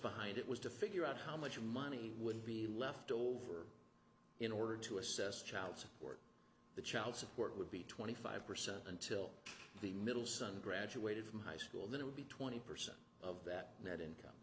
behind it was to figure out how much money would be left over in order to assess child support the child support would be twenty five percent until the middle son graduated from high school then it would be twenty percent of that net income